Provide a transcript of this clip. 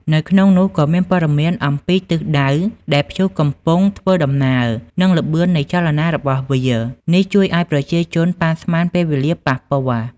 នៅក្នុងនោះក៏មានព័ត៌មានអំពីទិសដៅដែលព្យុះកំពុងធ្វើដំណើរ និងល្បឿននៃចលនារបស់វា នេះជួយឱ្យប្រជាជនប៉ាន់ស្មានពេលវេលាប៉ះពាល់។